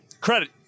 Credit